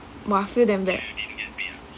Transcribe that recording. !wah! feel damn bad